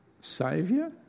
Saviour